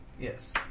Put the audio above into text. Yes